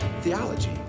theology